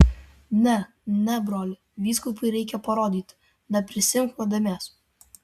ne ne broli vyskupui reikia parodyti neprisiimk nuodėmės